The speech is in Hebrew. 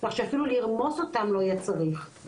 כך שאפילו לרמוס אותם לא יהיה צריך,